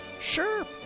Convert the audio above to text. sure